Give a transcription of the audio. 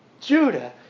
Judah